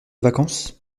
vacances